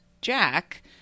Jack